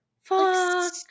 Fuck